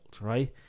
right